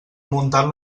muntat